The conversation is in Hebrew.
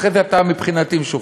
אחרי זה אתה מבחינתי משוחרר.